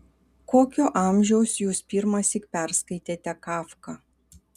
kokio amžiaus jūs pirmąsyk perskaitėte kafką